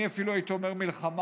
אני אפילו הייתי אומר מלחמה,